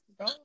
Go